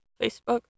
Facebook